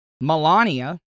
melania